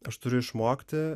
aš turiu išmokti